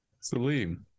Salim